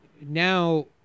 now